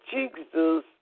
Jesus